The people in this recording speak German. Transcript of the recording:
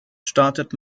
startet